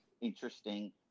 interesting